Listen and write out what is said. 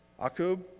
Akub